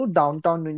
downtown